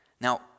Now